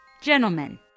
Gentlemen